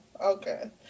okay